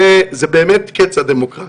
זה באמת קץ הדמוקרטיה.